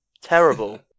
Terrible